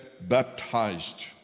baptized